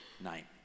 night